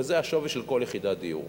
וזה השווי של כל יחידת דיור.